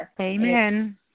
Amen